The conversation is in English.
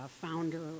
founder